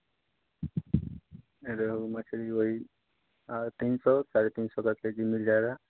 रेहू मछली वही साढ़े तीन सौ साढ़े तीन सौ का के जी मिल जाएगा